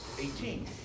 Eighteen